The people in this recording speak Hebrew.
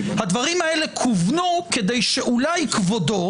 הדברים האלה כוונו כדי שאולי כבודו